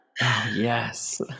Yes